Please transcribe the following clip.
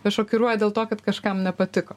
nes šokiruoja dėl to kad kažkam nepatiko